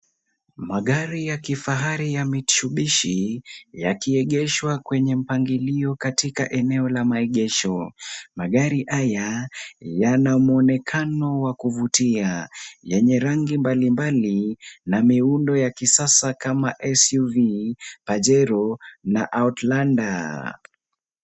Magari ya kifahari ya Mitsubishi, yakiegeshwa kwenye mpangilio katika eneo la maegesho. Magari haya yana mwonekano wa kuvutia, yenye rangi mbalimbali na miundo ya kuvutia kama SUV, Pajero na Outlander.